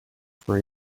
for